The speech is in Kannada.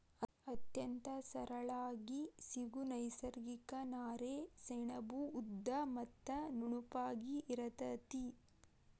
ಅತ್ಯಂತ ಸರಳಾಗಿ ಸಿಗು ನೈಸರ್ಗಿಕ ನಾರೇ ಸೆಣಬು ಉದ್ದ ಮತ್ತ ನುಣುಪಾಗಿ ಇರತತಿ